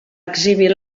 exhibir